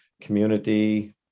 community